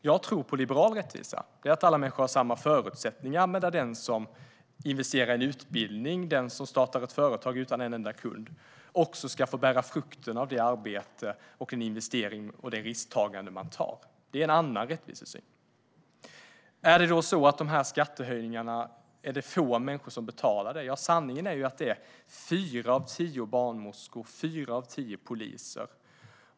Jag tror på liberal rättvisa som innebär att alla människor har samma förutsättningar, men den som investerar i en utbildning eller startar ett företag utan en enda kund ska också få skörda frukterna av det arbete, den investering och det risktagande man gör. Det är en annan rättvisesyn. Är det då så att det är få människor som får betala för de här skattehöjningarna? Sanningen är ju att det är fyra av tio barnmorskor och fyra av tio poliser.